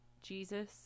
jesus